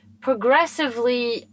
progressively